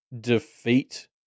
defeat